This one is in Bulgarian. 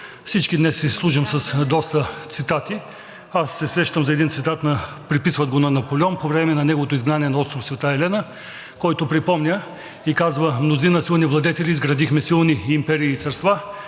Всички днес си служим с доста цитати. Аз се сещам за един цитат, приписват го на Наполеон по време на неговото изгнание на остров Света Елена, който припомня и казва: Мнозина силни владетели изградихме силни империи и царства